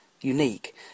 unique